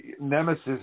Nemesis